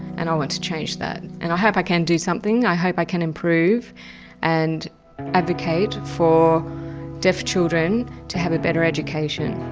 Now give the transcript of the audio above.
and i want to change that. and i hope i can do something, i hope i can improve and advocate for deaf children to have a better education.